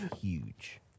huge